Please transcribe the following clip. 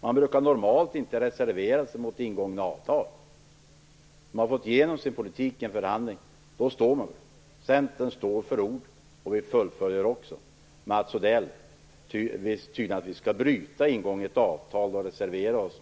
Man brukar normalt inte reservera sig mot ingångna avtal. Har man fått igenom sin politik i en förhandling, står man för det. Centern står för ord, och vi fullföljer dem. Mats Odell vill tydligen att vi skall bryta ingånget avtal och reservera oss.